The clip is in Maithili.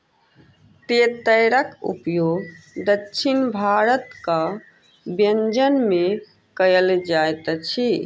तेतैरक उपयोग दक्षिण भारतक व्यंजन में कयल जाइत अछि